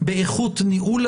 כי זה ימנע מכם את הנסיעה.